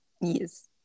Yes